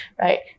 right